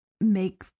make